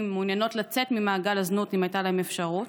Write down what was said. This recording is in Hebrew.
ומעוניינות לצאת ממעגל הזנות אם הייתה להם אפשרות,